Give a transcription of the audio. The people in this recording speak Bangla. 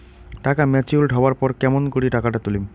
টাকা ম্যাচিওরড হবার পর কেমন করি টাকাটা তুলিম?